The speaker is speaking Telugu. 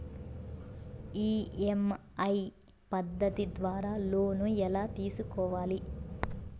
ఇ.ఎమ్.ఐ పద్ధతి ద్వారా లోను ఎలా తీసుకోవాలి